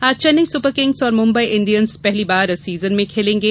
आज Chennai Super Kings और Mumbai Indians Mumbai पहली बार इस सीजन में खेलेंगे